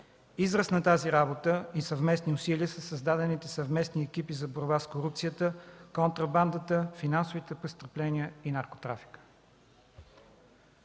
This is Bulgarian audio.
Израз на тази работа и съвместни усилия са създадените съвместни екипи за борба с корупцията, контрабандата, финансовите престъпления и наркотрафика.